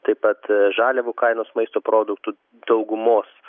taip pat žaliavų kainos maisto produktų daugumos